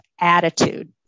attitude